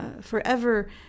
forever